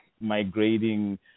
migrating